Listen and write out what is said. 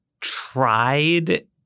tried